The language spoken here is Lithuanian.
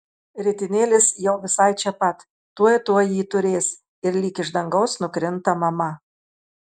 ritinėlis jau visai čia pat tuoj tuoj jį turės ir lyg iš dangaus nukrinta mama